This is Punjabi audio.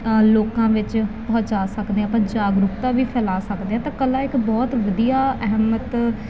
ਲੋਕਾਂ ਵਿੱਚ ਪਹੁੰਚਾ ਸਕਦੇ ਹਾਂ ਆਪਾਂ ਜਾਗਰੂਕਤਾ ਵੀ ਫੈਲਾ ਸਕਦੇ ਹਾਂ ਤਾਂ ਕਲਾ ਇੱਕ ਬਹੁਤ ਵਧੀਆ ਅਹਿਮੀਅਤ